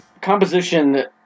composition